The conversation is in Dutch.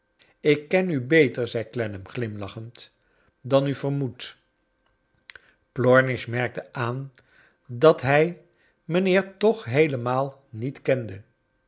ik ken u beter zei clennam glimlachend dan u vermoedt plornish merkte aan dat hij mijnheer toch heelemaal niet kende